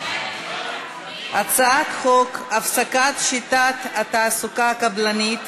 הצעת חוק הפסקת שיטת ההעסקה הקבלנית,